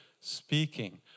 speaking